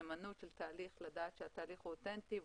מהימנות של תהליך, לדעת שהתהליך הוא אוטנטי.